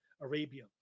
Arabia